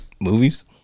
movies